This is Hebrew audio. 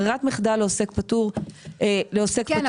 ברירת המחדל לעוסק פטור תהיה --- כן,